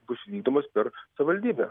bus vykdomas per savivaldybę